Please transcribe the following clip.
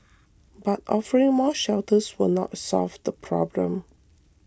but offering more shelters will not solve the problem